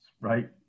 right